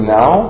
now